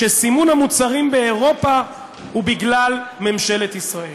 שסימון המוצרים באירופה הוא בגלל ממשלת ישראל.